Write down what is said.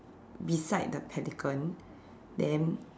beside the pelican then